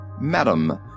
Madam